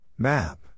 Map